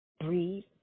Breathe